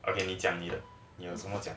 okay 你讲你的你有什么讲